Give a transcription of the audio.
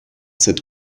cette